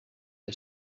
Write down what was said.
que